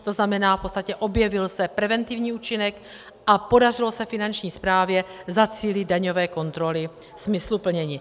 To znamená v podstatě, že se objevil preventivní účinek a podařilo se Finanční správě zacílit daňové kontroly smysluplněji.